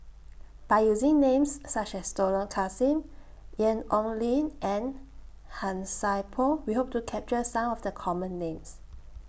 By using Names such as Dollah Kassim Ian Ong Li and Han Sai Por We Hope to capture Some of The Common Names